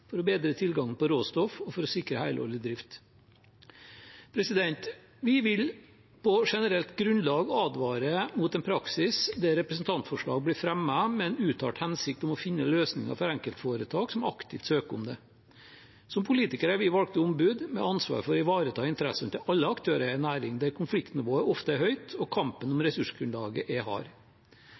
for å bedre tilgangen på råstoff og sikre helårig drift. Vi vil på generelt grunnlag advare mot en praksis der et representantforslag blir fremmet med en uttalt hensikt om å finne løsninger for enkeltforetak som aktivt søker om det. Som politikere er vi valgt til ombud, med ansvar for å ivareta interessene til alle aktørene i en næring der konfliktnivået ofte er høyt, og kampen om ressursgrunnlaget er hard.